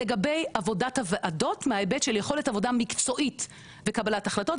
לגבי עבודת הוועדות מההיבט של יכולת עבודה מקצועית וקבלת החלטות,